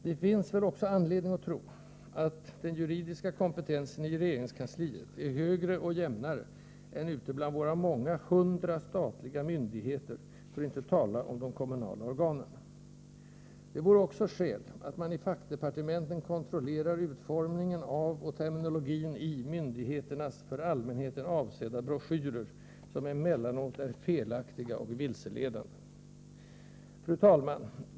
Det finns väl också anledning att tro att den juridiska kompentensen i regeringskansliet är högre och jämnare än ute bland våra många hundra statliga myndigheter, för att inte tala om de kommunala organen. Det vore också skäligt att man i fackdepartementen kontrollerar utformningen av och terminologin i myndigheternas för allmänheten avsedda broschyrer, som emellanåt är felaktiga och vilseledande. Fru talman!